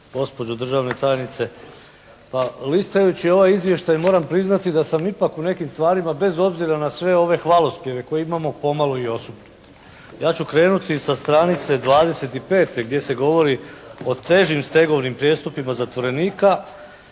gospođo državna tajnice. Pa listajući ovaj izvještaj moram priznati da sam ipak u nekim stvarima, bez obzira na sve ove hvalospjeve koje imamo pomalo i osupnut. Ja ću krenuti sa stranice 25. gdje se govori o težim stegovnim prijestupima zatvorenika